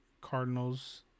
Cardinals